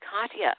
Katya